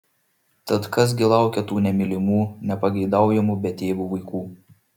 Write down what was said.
tad kas gi laukia tų nemylimų nepageidaujamų betėvių vaikų